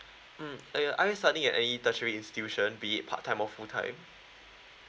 mm I I study at any industry institution be it part time or full time